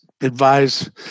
advise